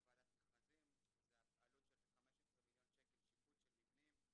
מדובר בעלות של 15 מיליון שקלים לשיפוץ של מבנים.